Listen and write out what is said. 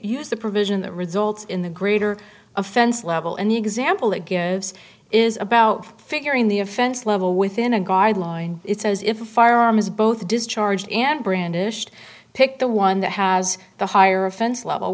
use the provision that results in the greater offense level and the example it gives is about figuring the offense level within a guideline it says if a firearm is both discharged and brandished pick the one that has the higher offense level